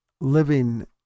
living